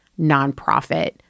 nonprofit